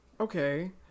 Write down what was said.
okay